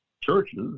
churches